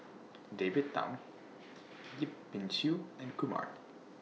David Tham Yip Pin Xiu and Kumar